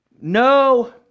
no